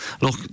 Look